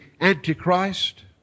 Antichrist